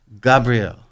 Gabriel